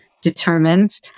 determined